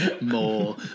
more